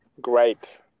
Great